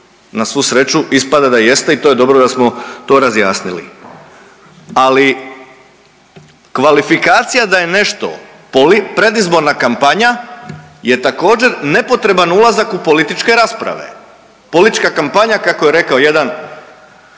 na svu sreću ispada da jeste i to je dobro da smo to razjasnili. Ali kvalifikacija da je nešto predizborna kampanja je također nepotreban ulazak u političke rasprave. Politička kampanja kako je rekao jedan